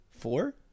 four